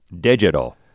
Digital